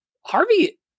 Harvey